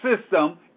system